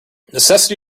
necessity